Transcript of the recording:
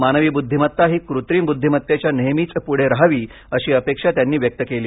मानवी बुद्धिमत्ता ही कृत्रिम बुद्धिमत्तेच्या नेहमीच पुढे राहावी अशी अपेक्षा त्यांनी व्यक्त केली